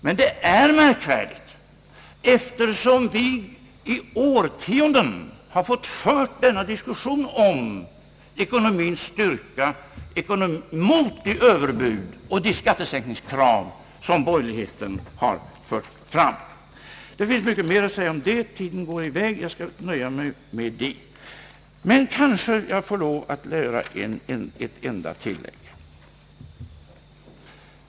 Men det är märkvärdigt eftersom vi i årtionden har fått föra denna diskussion om ekonomins styrka mot de överbud och de skattesänkningskrav som borgerligheten har kommit med. Det skulle finnas mycket mer att anföra om detta, men tiden rinner i väg, och därför skall jag stoppa här. Kanske får jag lov att göra ett enda tilllägg.